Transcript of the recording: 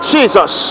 Jesus